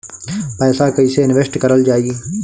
पैसा कईसे इनवेस्ट करल जाई?